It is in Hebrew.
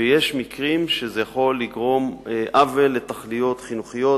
ויש מקרים שזה יכול לגרום עוול לתוכניות חינוכיות,